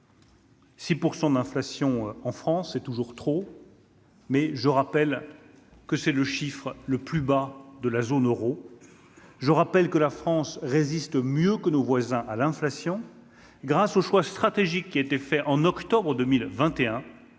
6 % d'inflation en France, c'est toujours trop. Mais je rappelle que c'est le chiffre le plus bas de la zone Euro, je rappelle que la France résiste mieux que nos voisins à l'inflation, grâce aux choix stratégiques qui été fait en octobre 2021,